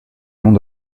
long